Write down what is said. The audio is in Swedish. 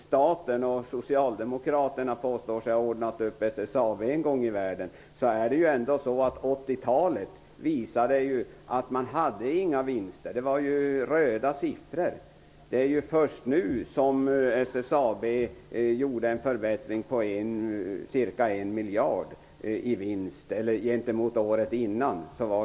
Även om socialdemokraterna säger sig ha ordnat upp SSAB en gång i tiden, visade ändå 80-talet att man inte gjorde några vinster -- det var ju röda siffror överallt. Det är först nu som läget för SSAB har förbättrats med ca 1 miljard i vinst jämfört med året innan.